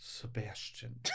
Sebastian